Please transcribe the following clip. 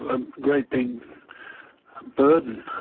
a great big burden.